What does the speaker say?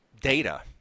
Data